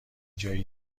جایی